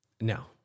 Now